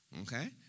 okay